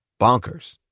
bonkers